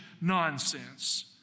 nonsense